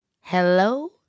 Hello